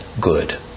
good